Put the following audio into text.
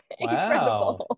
wow